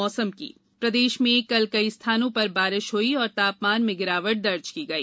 मौसम प्रदेश में कल कई स्थानों पर बारिश हई और तापमान में गिरावट दर्ज की गई